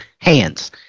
hands